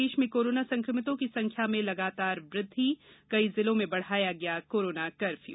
प्रदेश में कोरोना संक्रमितों की संख्या में लगातार वृद्वि कई जिलों में बढ़ाया गया कोरोना कर्फ्यू